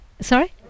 sorry